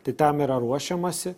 tai tam yra ruošiamasi